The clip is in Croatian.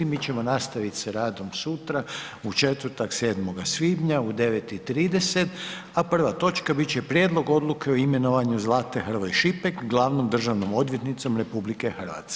Mi ćemo nastaviti s radom sutra, u četvrtak, 7. svibnja u 9,30, a prva točka bit će Prijedlog Odluke o imenovanju Zlate Hrvoj Šipek glavnom državnom odvjetnicom RH.